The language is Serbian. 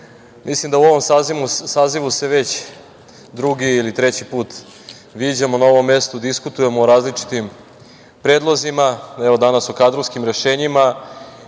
mislim da u ovom sazivu se već drugi ili treći put viđamo, na ovom mestu diskutujemo o različitim predlozima, evo danas o kadrovskim rešenjima